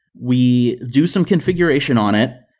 we do some configuration on it.